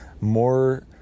more